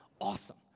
awesome